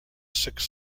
six